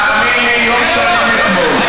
סגן השר, תאמין לי, יום שלם אתמול,